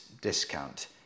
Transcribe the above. discount